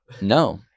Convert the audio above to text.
no